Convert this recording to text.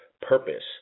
purpose